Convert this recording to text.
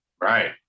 Right